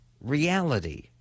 reality